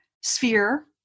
sphere